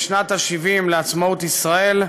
בשנת ה-70 לעצמאות ישראל,